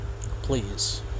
please